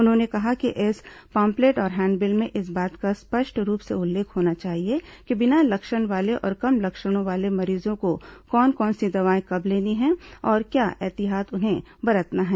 उन्होंने कहा कि इन पॉम्पलेट और हैंड बिल में इस बात का स्पष्ट रूप से उल्लेख होना चाहिए कि बिना लक्षण वाले और कम लक्षणों वाले मरीजों को कौन कौन सी दवाएं कब लेनी हैं और क्या एहतियात उन्हें बरतना है